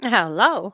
Hello